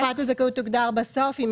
תקופת הזכאות תוגדר בסוף.